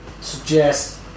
suggest